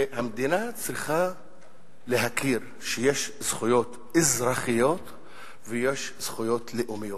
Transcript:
המדינה צריכה להכיר בכך שיש זכויות אזרחיות ויש זכויות לאומיות.